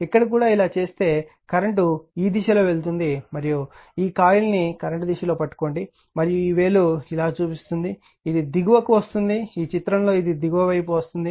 ఇక్కడ కూడా ఇలా చేస్తే కరెంట్ ఈ దిశలో వెళ్తుంది మరియు ఈ కాయిల్ని కరెంట్ దిశలో పట్టుకోండి మరియు ఈ వేలు ఇలా చూపిస్తుంది ఇది దిగువకు వస్తుంది ఈ చిత్రంలో ఇది దీని దిగువ వైపు వస్తుంది